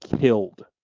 killed